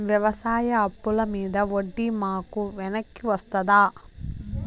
వ్యవసాయ అప్పుల మీద వడ్డీ మాకు వెనక్కి వస్తదా?